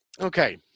Okay